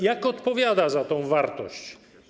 Jak odpowiada za tę wartość?